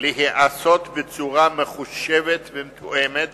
להיעשות בצורה מחושבת ומתואמת